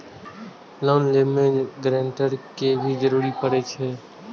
Loan लेबे में guarantor के भी जरूरी परे छै?